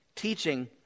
teaching